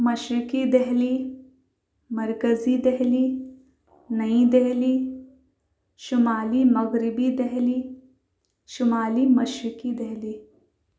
مشرقی دہلی مرکزی دہلی نئی دہلی شمالی مغربی دہلی شمالی مشرقی دہلی